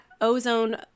ozone